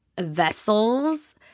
vessels